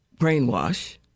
brainwash